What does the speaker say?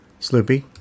Sloopy